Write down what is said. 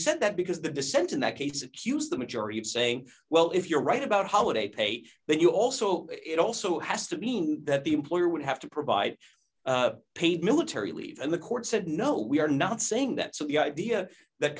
said that because the dissent in that case accuse the majority of saying well if you're right about holiday pay then you also it also has to mean that the employer would have to provide paid military leave and the court said no we are not saying that so the idea that